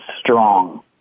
STRONG